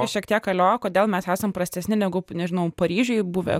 šiek tiek alio kodėl mes esam prastesni negu nežinau paryžiuj buvę